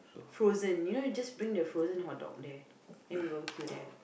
frozen you know just bring the frozen hot dog there then we barbecue there